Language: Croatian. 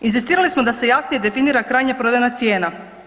Inzistirali smo da se jasnije definira krajnje prodajna cijena.